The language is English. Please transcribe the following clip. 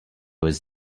was